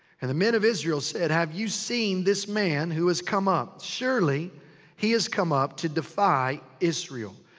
and the men of israel said, have you seen this man who has come up? surely he has come up to defy israel.